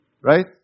Right